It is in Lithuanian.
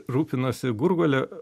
rūpinosi gurgole